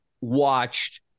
watched